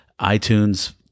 iTunes